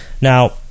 Now